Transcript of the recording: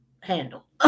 handle